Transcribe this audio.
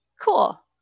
cool